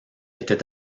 était